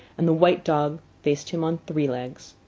and the white dog faced him on three legs.